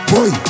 Boy